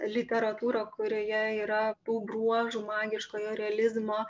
literatūrą kurioje yra tų bruožų magiškojo realizmo